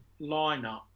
lineup